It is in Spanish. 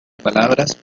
palabras